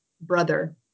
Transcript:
brother